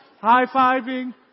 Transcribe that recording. High-fiving